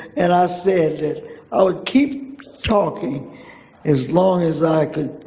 and i said that i would keep talking as long as i could